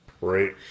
Right